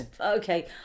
okay